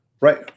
Right